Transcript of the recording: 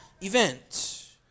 event